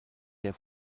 der